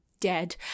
dead